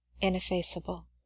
ineffaceable